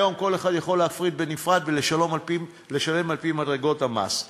היום כל אחד יכול להפריד ולשלם על-פי מדרגות המס.